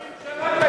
אבל למה ראש הממשלה,